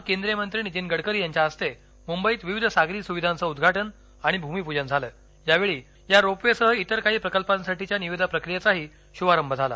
काल केंद्रीय मंत्री नीतीन गडकरी यांच्या हस्ते मुंबईत विविध सागरी सुविधांचं उद्घाटन आणि भुमीपूजन झालं या वेळी या रोप वेसह इतर काही प्रकल्पांसाठीच्या निविदा प्रक्रियेचा ही शुभारंभ झाला